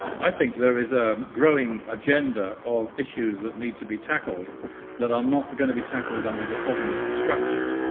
i think there is a growing agenda of issues that need to be tackled that are not going to be tackled under the present structures.